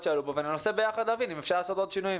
שעלו פה וננסה ביחד להבין אם אפשר לעשות עוד שינויים.